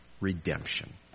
redemption